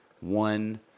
one